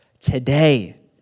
today